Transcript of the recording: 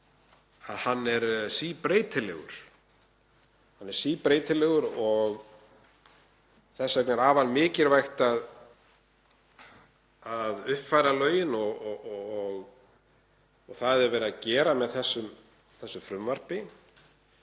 að hann er síbreytilegur. Þess vegna er afar mikilvægt að uppfæra lögin og það er verið að gera með þessu frumvarpi.